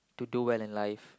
to do well in life